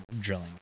drilling